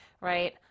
right